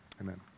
amen